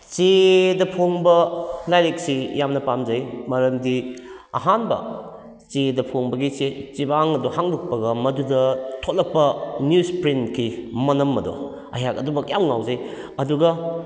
ꯆꯦꯗ ꯐꯣꯡꯕ ꯂꯥꯏꯔꯤꯛꯁꯤ ꯌꯥꯝꯅ ꯄꯥꯝꯖꯩ ꯃꯔꯝꯗꯤ ꯑꯍꯥꯟꯕ ꯆꯦꯗ ꯐꯣꯡꯕꯒꯤ ꯆꯦꯕꯥꯡ ꯑꯗꯣ ꯍꯥꯡꯗꯣꯛꯄꯒ ꯃꯗꯨꯗ ꯊꯣꯛꯂꯛꯄ ꯅ꯭ꯋꯨꯁ ꯄ꯭ꯔꯤꯟꯀꯤ ꯃꯅꯝ ꯑꯗꯣ ꯑꯩꯍꯥꯛ ꯑꯗꯨꯃꯛ ꯌꯥꯝꯅ ꯉꯥꯎꯖꯩ ꯑꯗꯨꯒ